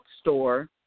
store